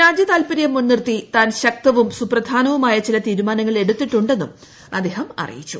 രാജ്യതാൽപര്യം മുൻനിർത്തി താൻ ശക്തവും സുപ്രധാനവുമായ ചില തീരുമാനങ്ങൾ എടുത്തിട്ടുണ്ടെന്നും അദ്ദേഹം അറിയിച്ചു